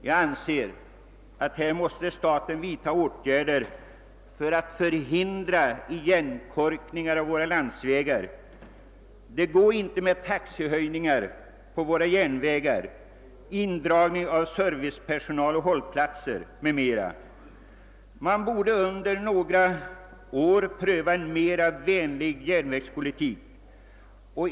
Jag anser att staten måste vidta åtgärder för att motverka igenkorkningen av våra landsvägar. Den går inte att förhindra genom taxehöjningar på järnvägarna, indragning av servicepersonal och hållplatser m.m. Man borde under några år pröva en mera trafikantvänlig järnvägspolitik.